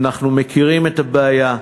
אנחנו מכירים את הבעיה,